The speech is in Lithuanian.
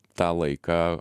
tą laiką